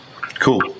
Cool